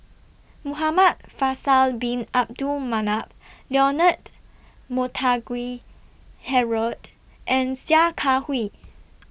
Muhamad Faisal Bin Abdul Manap Leonard Montague Harrod and Sia Kah Hui